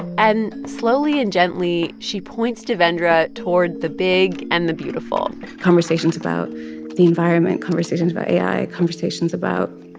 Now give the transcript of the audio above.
and slowly and gently, she points devendra toward the big and the beautiful conversations about the environment, conversations about ai, conversations about